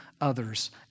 others